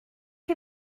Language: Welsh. chi